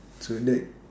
so thats